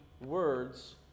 words